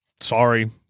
Sorry